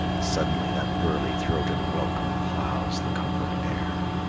suddenly that burly-throated welcome ploughs the cumbered air.